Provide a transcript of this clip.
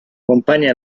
acompaña